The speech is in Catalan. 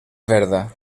verda